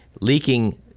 leaking